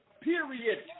Period